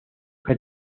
que